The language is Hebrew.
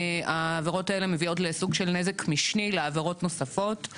העבירות האלה מביאות לסוג של נזק משני לעבירות נוספות.